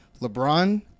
LeBron